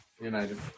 United